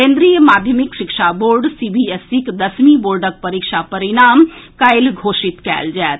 केन्द्रीय माध्यमिक शिक्षा बोर्ड सीबीएसईक दसमी बोर्डक परीक्षा परिणाम काल्हि घोषित कयल जाएत